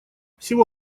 всего